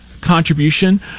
contribution